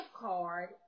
card